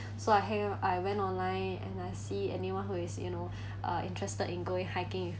so I hang out I went online and I see anyone who is you know uh interested in going hiking